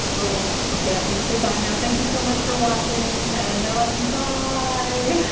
oh okay i'm gonna say bye now thank you so much for watching and i love you, bye,